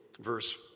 verse